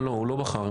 הוא לא בחר.